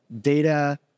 data